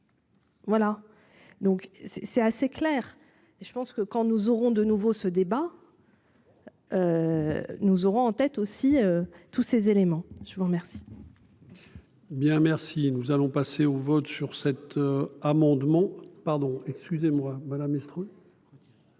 Voilà donc c'est, c'est assez clair et je pense que quand nous aurons de nouveau ce débat. Nous aurons en tête aussi tous ces éléments. Je vous remercie. Bien merci nous allons passer au vote sur cet amendement pardon, excusez-moi madame,